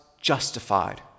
justified